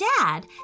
dad